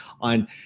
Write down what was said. on